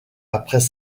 après